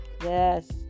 yes